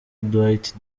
dwight